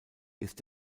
ist